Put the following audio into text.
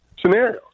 scenarios